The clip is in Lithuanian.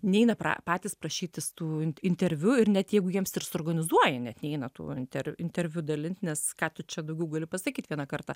neina pra patys prašytis tų imt interviu ir net jeigu jiems ir suorganizuoja jie net neina tuo inter interviu dalint nes ką tu čia daugiau gali pasakyt vieną kartą